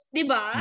Diba